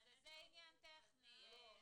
אז זה עניין טכני.